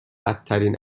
بدترین